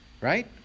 Right